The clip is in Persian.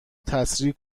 تسریع